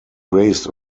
raised